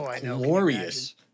glorious